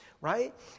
right